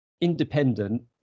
independent